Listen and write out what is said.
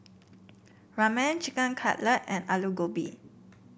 Ramen Chicken Cutlet and Alu Gobi